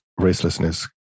racelessness